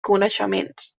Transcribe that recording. coneixements